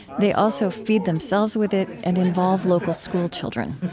they also feed themselves with it and involve local schoolchildren